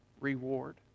reward